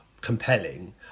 compelling